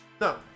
No